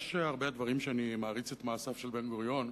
יש הרבה דברים שאני מעריץ בהם את מעשיו של בן-גוריון,